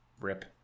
rip